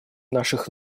наших